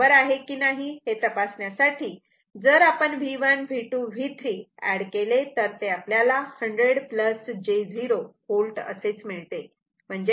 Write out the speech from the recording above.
हे बरोबर आहे कि नाही हे तपासण्यासाठी जर आपण V1 V2 V3 हे ऍड केले तर ते आपल्याला 100 j 0 V मिळते